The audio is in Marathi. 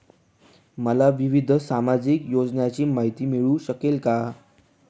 मला विविध सामाजिक योजनांची माहिती मिळू शकेल का?